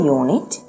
unit